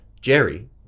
Jerry